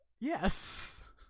yes